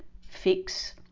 fix